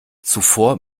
zuvor